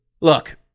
Look